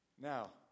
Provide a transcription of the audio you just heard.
Now